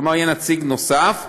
כלומר יהיה נציג נוסף,